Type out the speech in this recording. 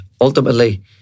ultimately